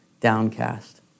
downcast